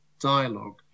dialogue